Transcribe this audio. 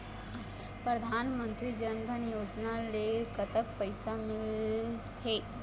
परधानमंतरी जन धन योजना ले कतक पैसा मिल थे?